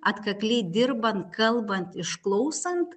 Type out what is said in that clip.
atkakliai dirbant kalbant išklausant